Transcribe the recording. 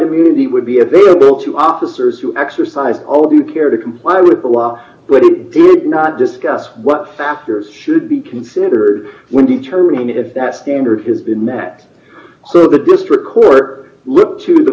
immunity would be available to officers who exercised all due care to comply with the law but it did not discuss what fasters should be considered when determining if that standard has been met so the district court look to the